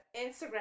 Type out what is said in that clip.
Instagram